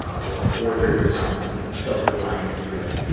or, or there was some, you know, silver lining to it.